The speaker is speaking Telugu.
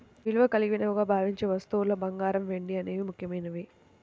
విలువ కలిగినవిగా భావించే వస్తువుల్లో బంగారం, వెండి అనేవి ముఖ్యమైనవి